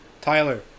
Tyler